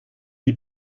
die